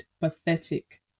pathetic